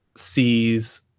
sees